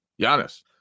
Giannis